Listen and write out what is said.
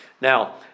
Now